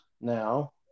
now